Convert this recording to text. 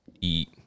eat